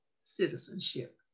citizenship